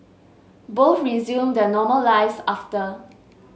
both resumed their normal lives after